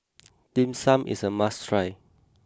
Dim Sum is a must try